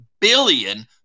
billion